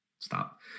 stop